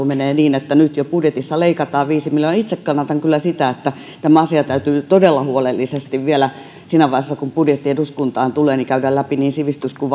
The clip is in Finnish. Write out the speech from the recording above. menee niin että nyt jo budjetissa leikataan viisi miljoonaa itse kannatan kyllä sitä että tämä asia täytyy todella huolellisesti vielä siinä vaiheessa kun budjetti eduskuntaan tulee käydä läpi niin sivistys kuin